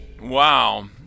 Wow